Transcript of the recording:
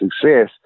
success